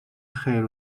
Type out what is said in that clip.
خیر